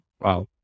Wow